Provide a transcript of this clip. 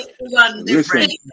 listen